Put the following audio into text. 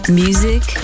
music